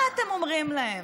מה אתם אומרים להם?